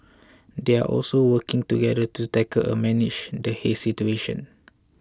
they are also working together to tackle and manage the haze situation